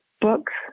books